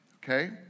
Okay